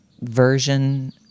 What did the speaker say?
version